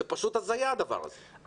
זה פשוט הזיה הדבר הזה.